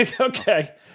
okay